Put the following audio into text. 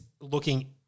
looking